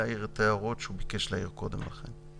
להעיר את ההערות שהוא ביקש להעיר קודם לכן.